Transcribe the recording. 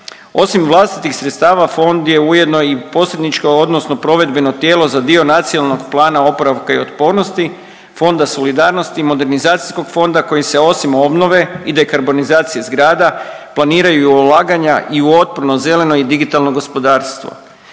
Osim vlastitih sredstava fond je ujedno i posredničko odnosno provedbeno tijelo za dio Nacionalnog plana oporavka i otpornosti, Fonda solidarnosti, modernizacijskog fonda koji se osim obnove i dekarbonizacije zgrada planiraju ulaganja i u otporno zeleno i digitalno gospodarstvo.